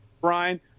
Brian